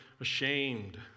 ashamed